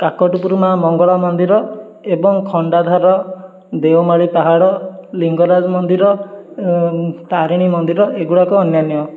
କାକଟପୁର ମା' ମଙ୍ଗଳା ମନ୍ଦିର ଏବଂ ଖଣ୍ଡାଧାର ଦେଓମାଳି ପାହାଡ଼ ଲିଙ୍ଗରାଜ ମନ୍ଦିର ତାରିଣୀ ମନ୍ଦିର ଏଗୁଡ଼ାକ ଅନ୍ୟାନ୍ୟ